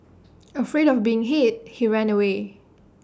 afraid of being hit he ran away